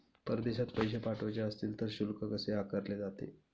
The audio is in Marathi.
परदेशात पैसे पाठवायचे असतील तर शुल्क कसे आकारले जाते?